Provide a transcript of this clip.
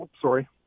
Sorry